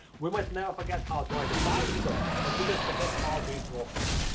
we might never forget how to ride a bicycle but we can forget how to eat raw food.